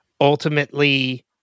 ultimately